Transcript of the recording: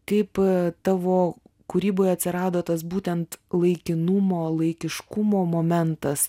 kaip tavo kūryboje atsirado tas būtent laikinumo laikiškumo momentas